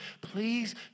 please